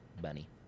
bunny